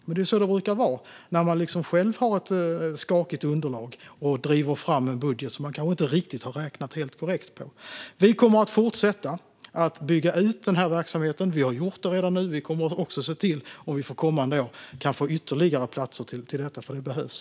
Det är så det brukar vara när man själv har ett skakigt underlag och driver fram en budget som man kanske inte riktigt har räknat helt korrekt på. Vi kommer att fortsätta att bygga ut den här verksamheten. Vi har gjort det redan nu, och vi kommer också att se till om vi kommande år kan få ytterligare platser till detta, för det behövs.